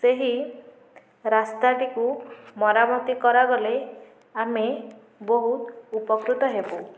ସେହି ରାସ୍ତାଟିକୁ ମରାମତି କରାଗଲେ ଆମେ ବହୁତ ଉପକୃତ ହେବୁ